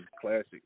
classic